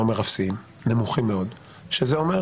שזה אומר